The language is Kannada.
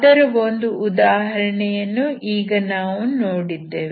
ಅದರ ಒಂದು ಉದಾಹರಣೆಯನ್ನು ಈಗ ನಾವು ನೋಡಿದ್ದೇವೆ